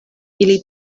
ili